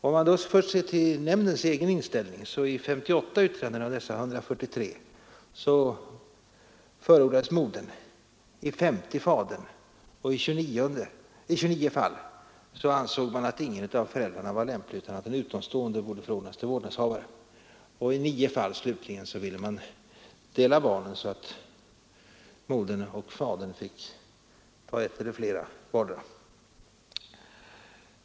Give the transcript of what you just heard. Om vi först ser till nämndens egen inställning finner vi att i 58 fall av dessa 143 förordas modern, i 50 fadern. I 26 fall ansåg nämnden att ingen av föräldrarna var lämplig utan att en utomstående borde bli vårdnadshavare. I 9 fall slutligen ville man dela barnen så att modern och fadern fick ta ett eller flera barn vardera.